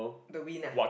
the wind nah